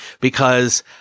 because-